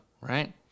right